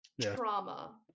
Trauma